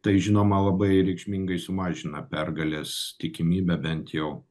tai žinoma labai reikšmingai sumažina pergalės tikimybę bent jau